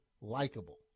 likable